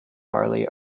barley